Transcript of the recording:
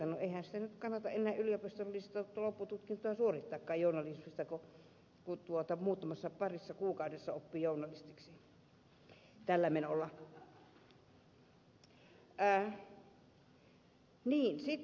no eihän sitä nyt kannata enää yliopistollista loppututkintoa suorittaakaan journalismista kun muutamassa parissa kuukaudessa oppii journalistiksi tällä menolla